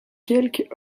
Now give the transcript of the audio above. quelques